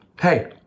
Hey